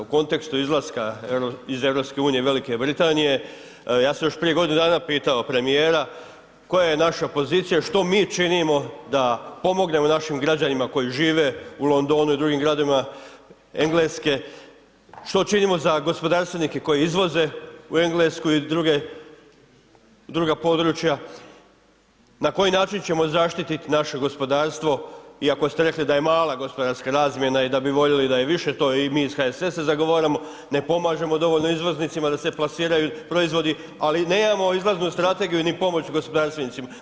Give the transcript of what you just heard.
U kontekstu izlaska iz EU Velike Britanije ja sam još prije godinu dana pitao premijera koja je naša pozicija i što mi činimo da pomognemo našim građanima koji žive u Londonu i drugim gradovima Engleske, što činimo za gospodarstvenike koji izvoze u Englesku i druga područja, na koji način ćemo zaštiti naše gospodarstvo iako ste rekli da je mala gospodarska razmjena i da bi voljeli da je više to i mi iz HSS-a zagovaramo, ne pomažemo dovoljno izvoznicima da se plasiraju proizvodi ali nemamo gnr strategiju ni pomoć gospodarstvenicima.